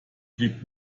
blieb